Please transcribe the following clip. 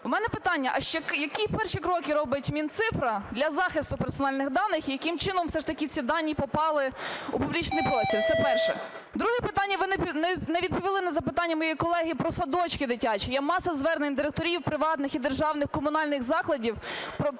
У мене питання. А які перші кроки робить Мінцифра для захисту персональних даних? Яким чином все ж таки ці дані попали у публічний простір? Це перше. Друге питання. Ви не відповіли на запитання моєї колеги про садочки дитячі. Є маса звернень директорів приватних і державних комунальних закладів про